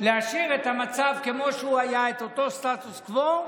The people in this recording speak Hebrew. להשאיר את המצב כמו שהוא היה, את אותו סטטוס קוו,